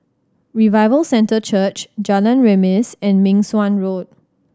Revival Centre Church Jalan Remis and Meng Suan Road